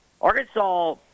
Arkansas